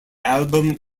album